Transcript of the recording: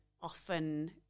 often